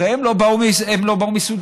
הרי הם לא באו מסודאן,